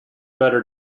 better